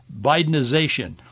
Bidenization